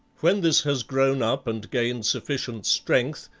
when this has grown up and gained sufficient strength,